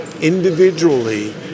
individually